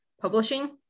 publishing